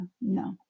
no